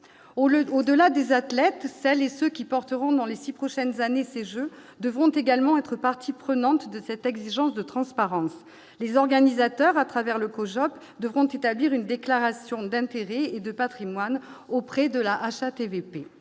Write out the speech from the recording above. au-delà des athlètes celles et ceux qui porteront dans les 6 prochaines années, ces Jeux devront également être partie prenante de cette exigence de transparence, les organisateurs à travers le projet devront établir une déclaration d'intérêts et de Patrimoine auprès de la HATVP,